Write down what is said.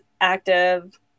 active